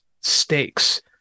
stakes